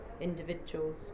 individuals